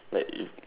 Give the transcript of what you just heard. like if